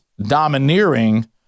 domineering